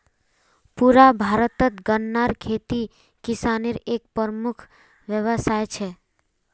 पुरा भारतत गन्नार खेती किसानेर एक प्रमुख व्यवसाय छे